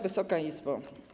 Wysoka Izbo!